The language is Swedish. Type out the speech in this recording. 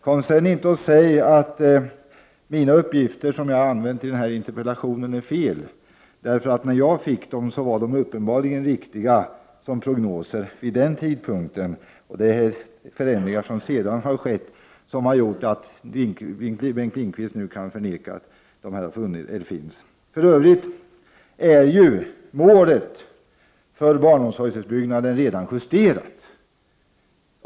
Kom sedan inte och säg att de uppgifter som jag har lämnat i min interpellation är felaktiga! När jag fick dem var de uppenbarligen riktiga som prognoser vid den tidpunkten. Det är förändringar som sedan har skett som har gjort att Bengt Lindqvist nu kan förneka att uppgifterna är riktiga. För övrigt är målet för barnomsorgsutbyggnaden redan justerat.